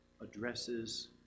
addresses